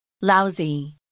Lousy